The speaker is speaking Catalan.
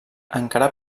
encara